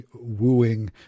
wooing